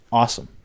awesome